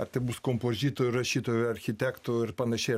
ar tai bus kompozitorių rašytojų architektų ir panašiai